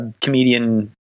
comedian